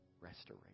restoration